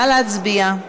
נא להצביע.